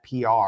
PR